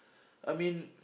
I mean